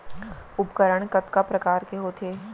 उपकरण कतका प्रकार के होथे?